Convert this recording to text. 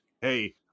hey